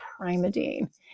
Primadine